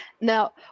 Now